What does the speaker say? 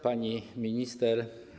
Pani Minister!